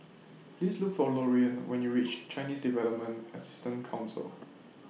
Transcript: Please Look For Lorean when YOU REACH Chinese Development Assistance Council